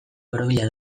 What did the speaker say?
borobila